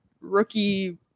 rookie